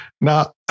now